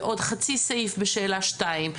ועוד חצי סעיף בשאלה 2,